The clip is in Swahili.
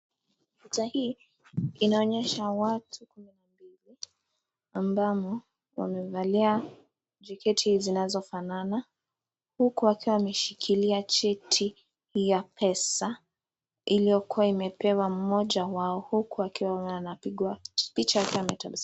Picha hii inaonyesha watu ambamo wamevalia jaketi zinazo fanana huku wakiwa wameshikilia cheti ya pesa iliyo kua imepewa mmoja wao huku mwingine akiwa anapigwa picha.